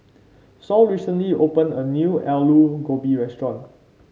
Sol recently opened a new Aloo Gobi restaurant